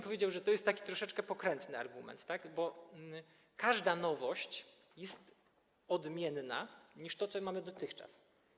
Powiedziałbym, że to jest taki troszeczkę pokrętny argument, bo każda nowość jest odmienna niż to, co mieliśmy dotychczas.